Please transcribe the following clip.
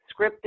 scripted